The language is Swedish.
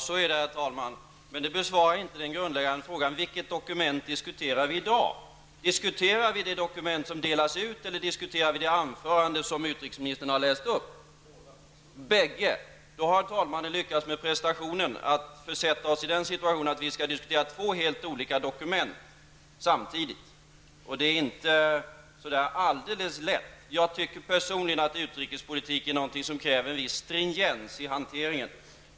Herr talman! Ja, så är det, men det besvarar inte den grundläggande frågan om vilket dokument vi diskuterar i dag. Diskuterar vi det dokument som delats ut eller diskuterar vi det anförande som utrikesministern har läst upp? Då har talmannen lyckats med prestationen att försätta oss i den situationen att vi skall diskutera två helt olika dokument samtidigt. Det är inte alldeles lätt. Jag tycker personligen att utrikespolitik är någonting som kräver en viss stringens i hanteringen.